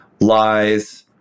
lies